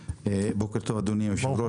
בוקר טוב אדוני היושב ראש.